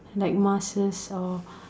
like masks or